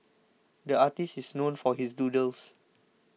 the artist is known for his doodles